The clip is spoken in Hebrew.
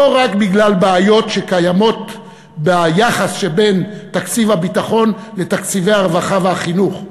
לא רק בגלל בעיות ביחס שבין תקציב הביטחון לתקציבי הרווחה והחינוך,